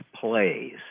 plays